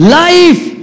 life